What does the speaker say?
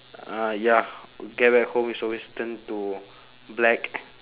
uh ya get back home it's always turn to black